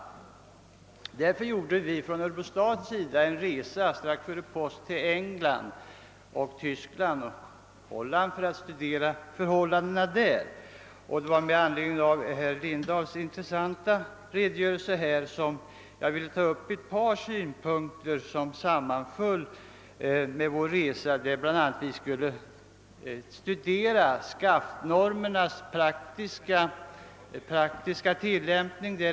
Några representanter för Örebro stad gjorde strax före påsk en resa till England, Tyskland och Holland för att studera förhållandena där. Med anledning av herr Lindahls intressanta redogörelse vill jag nämna ett par synpunkter som kommit fram under vår resa, under vilken vi bl.a. kunde studera SCAFT normernas praktiska tillämpning.